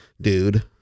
dude